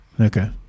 Okay